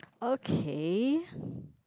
okay